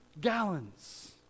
gallons